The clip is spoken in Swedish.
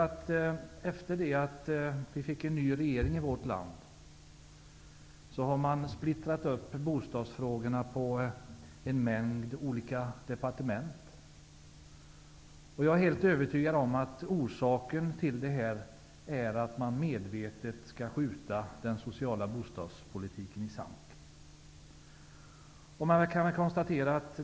Efter det att vi fick en ny regering i vårt land har bostadsfrågorna splittrats upp på en mängd olika departement. Jag är helt övertygad om att orsaken till detta är att man medvetet skall skjuta den sociala bostadspolitiken i sank.